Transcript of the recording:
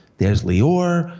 there's lee orr,